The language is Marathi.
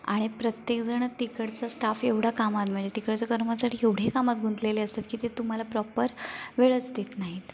आणि प्रत्येकजण तिकडचं स्टाफ एवढा कामात म्हणजे तिकडचं कर्मचारी एवढे कामात गुंतलेले असतात की ते तुम्हाला प्रॉपर वेळच देत नाहीत